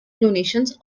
donations